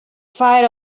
fire